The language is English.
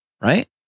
right